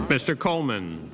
mr coleman